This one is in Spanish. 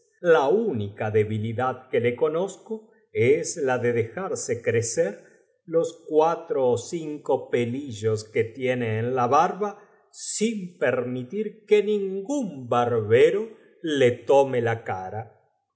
la única debilidad que le conozco es la de dejarso crecer jos cuatro ó cinco pe lillos que tiene en la hmba sin pt tmitir que ningún badjero le tome la ca